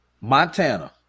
Montana